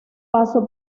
paso